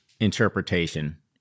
interpretation